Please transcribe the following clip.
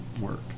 work